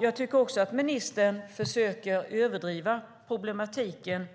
Jag tycker också att ministern försöker överdriva problematiken